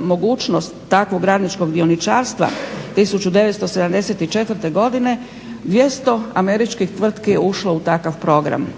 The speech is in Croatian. mogućnost takvog radničkog dioničarstva 1974. godine 200 američkih tvrtki je ušlo u takav program.